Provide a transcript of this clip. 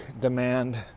demand